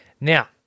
Now